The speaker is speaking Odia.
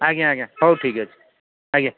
ଆଜ୍ଞା ଆଜ୍ଞା ହଉ ଠିକ୍ ଅଛି ଆଜ୍ଞା